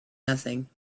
nothing